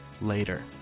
later